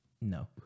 No